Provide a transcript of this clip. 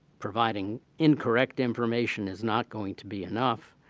providing incorrect information is not going to be enough.